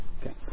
Okay